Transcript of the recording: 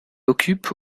occupe